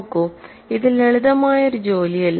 നോക്കൂ ഇത് ലളിതമായ ഒരു ജോലിയല്ല